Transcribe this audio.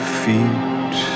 feet